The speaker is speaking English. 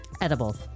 Edibles